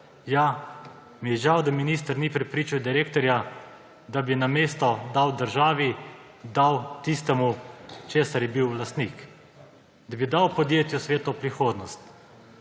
ja, mi je žal, da minister ni prepričal direktorja, da bi namesto dal državi, dal tistemu, česar je bil lastnik, da bi dal podjetju svetlo prihodnost.